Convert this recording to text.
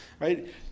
right